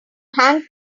hang